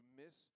miss